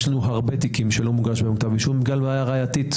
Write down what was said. ויש לנו הרבה תיקים שלא מוגש בהם כתב אישום בגלל בעיה ראייתית,